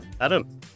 Adam